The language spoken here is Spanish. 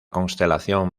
constelación